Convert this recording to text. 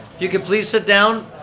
you could please sit down.